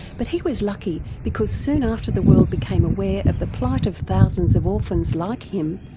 but he was lucky because soon after the world became aware of the plight of thousands of orphans like him,